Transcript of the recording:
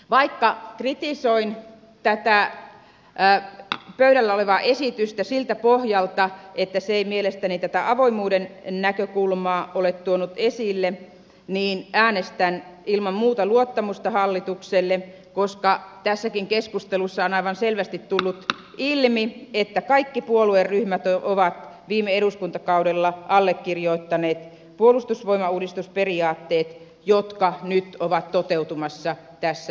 vaikka kritisoin tätä pöydällä olevaa esitystä siltä pohjalta että se ei mielestäni tätä avoimuuden näkökulmaa ole tuonut esille niin äänestän ilman muuta luottamusta hallitukselle koska tässäkin keskustelussa on aivan selvästi tullut ilmi että kaikki puolueryhmät ovat viime eduskuntakaudella allekirjoittaneet puolustusvoimauudistusperiaatteet jotka nyt ovat toteutumassa tässä esityksessä